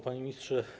Panie Ministrze!